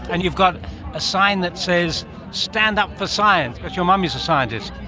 and you've got a sign that says stand up for science, because your mum is a scientist.